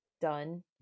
done